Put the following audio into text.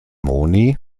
moni